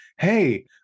hey